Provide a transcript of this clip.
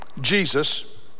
Jesus